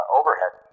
overhead